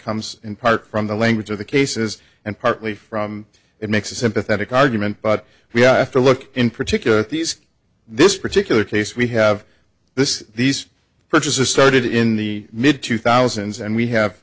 comes in part from the language of the cases and partly from it makes a sympathetic argument but we have to look in particular these this particular case we have this these purchases started in the mid two thousand and we have